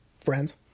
Friends